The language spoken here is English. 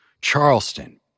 Charleston